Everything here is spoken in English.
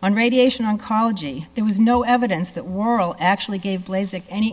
on radiation oncology there was no evidence that warrigal actually gave lasik any